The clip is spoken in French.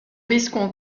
risquons